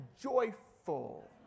joyful